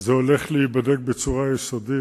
זה הולך להיבדק בצורה יסודית.